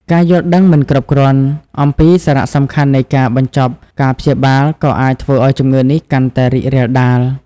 ការយល់ដឹងមិនគ្រប់គ្រាន់អំពីសារៈសំខាន់នៃការបញ្ចប់ការព្យាបាលក៏អាចធ្វើឱ្យជំងឺនេះកាន់តែរីករាលដាល។